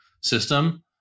system